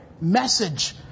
message